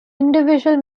individual